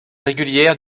régulière